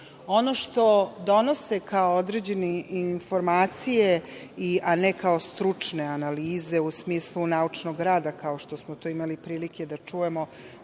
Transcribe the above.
što donose kao određene informacije, a ne kao stručne analize u smislu naučnog rada, kao što smo to imali prilike da čujemo,